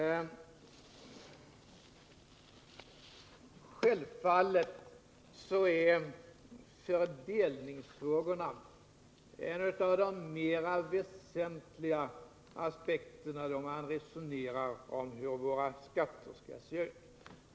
Självfallet tillhör fördelningssynpunkterna de mera väsentliga aspekterna då man resonerar om hur våra skatter skall se ut.